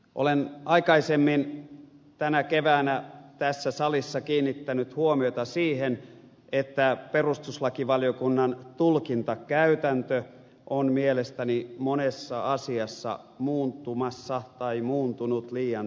olen aikaisemmin tänä keväänä tässä salissa kiinnittänyt huomiota siihen että perustuslakivaliokunnan tulkintakäytäntö on mielestäni monessa asiassa muuntumassa tai muuntunut liian tiukaksi